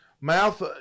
Mouth